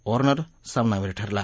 Warner सामनावीर ठरला